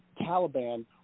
Taliban